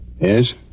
Yes